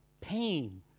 pain